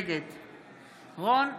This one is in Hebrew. נגד רון כץ,